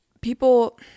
people